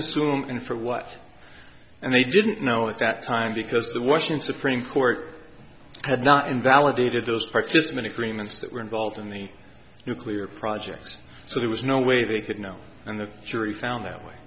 zoom in for what and they didn't know at that time because the washington supreme court had not invalidated those participant agreements that were involved in the nuclear projects so there was no way they could know and the jury found their way